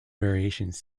variations